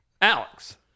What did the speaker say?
Alex